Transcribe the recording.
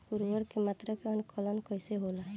उर्वरक के मात्रा के आंकलन कईसे होला?